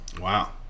Wow